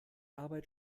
arbeit